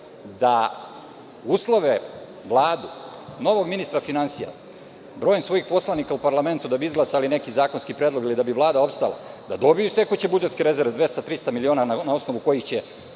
da uslove Vladu, novog ministra finansija brojem svojih poslanika u parlamentu da bi izglasali neki zakonski predlog ili da bi Vlada opstala, da dobiju iz tekuće budžetske rezerve dvesta, trista miliona na osnovu kojih će